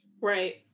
Right